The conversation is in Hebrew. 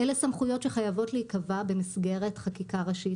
אלה סמכויות שחייבות להיקבע במסגרת חקיקה ראשית.